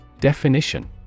Definition